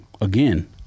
again